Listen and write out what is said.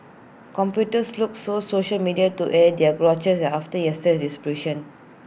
commuters look so social media to air their grouses after yesterday's disruption